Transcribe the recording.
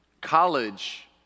college